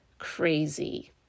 crazy